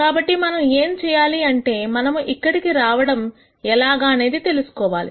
కాబట్టి మనం ఏం చేయాలంటే మనము ఇక్కడికి రావడం ఎలాగా అనేది తెలుసుకోవాలి